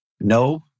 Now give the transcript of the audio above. No